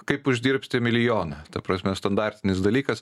kaip uždirbti milijoną ta prasme standartinis dalykas